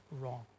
wrong